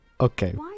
Okay